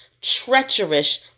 treacherous